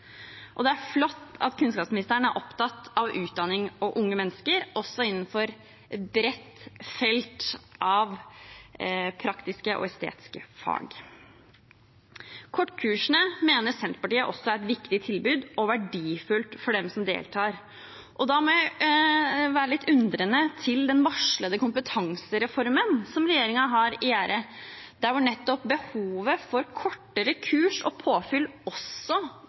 og unge mennesker også innenfor et bredt felt av praktiske og estetiske fag. Kortkursene mener Senterpartiet også er et viktig tilbud og verdifullt for dem som deltar. Da må jeg være litt undrende til den varslede kompetansereformen som regjeringen har i gjære, der nettopp behovet for kortere kurs og påfyll også